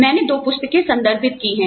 मैंने दो पुस्तकें संदर्भित की है